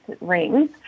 rings